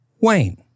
Wayne